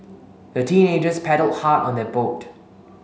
the teenagers paddled hard on their boat